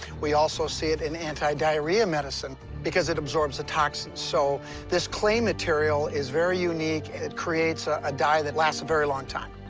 we also see it in anti-diarrhea medicine because it absorbs the toxins. so this clay material is very unique. and it creates ah a dye that lasts a very long time.